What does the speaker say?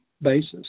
basis